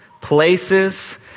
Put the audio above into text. places